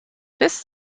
this